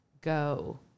go